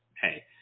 hey